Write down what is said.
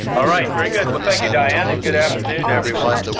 all right. very good. well, thank you diane and good afternoon everyone.